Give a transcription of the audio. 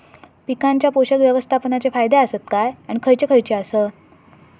पीकांच्या पोषक व्यवस्थापन चे फायदे आसत काय आणि खैयचे खैयचे आसत?